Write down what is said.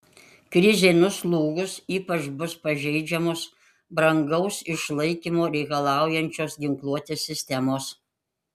krizei nuslūgus ypač bus pažeidžiamos brangaus išlaikymo reikalaujančios ginkluotės sistemos